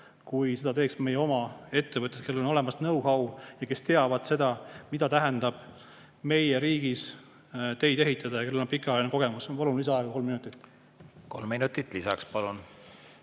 kui seda teeks meie oma ettevõtjad, kellel on olemasknow-how, kes teavad, mida tähendab meie riigis teid ehitada, ja kellel on pikaajaline kogemus. Ma palun lisaaega, kolm minutit. Kolm minutit lisaks, palun!